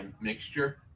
mixture